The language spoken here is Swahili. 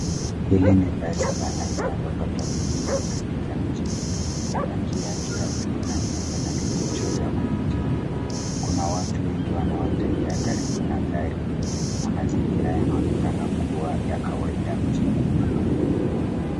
Hili ni basi la aina ya opha travels likiwa katika mjini. Rangi yake ya buluu na nyeupe na lina mchoro ya kuvutia. Kuna watu wengi wanaotembea karibu na gari na mazingira yanaonekana kuwa ya kawaida mjini mkuu.